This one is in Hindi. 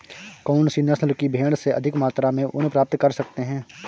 कौनसी नस्ल की भेड़ से अधिक मात्रा में ऊन प्राप्त कर सकते हैं?